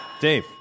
Dave